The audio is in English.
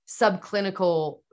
subclinical